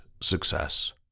success